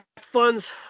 funds